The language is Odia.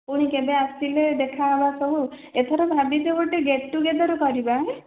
ପୁଣି କେବେ ଆସିଲେ ଦେଖା ହେବା ସବୁ ଏଥର ଭାବିଛୁ ଗୋଟେ ଗେଟ୍ଟୁଗେଦର କରିବା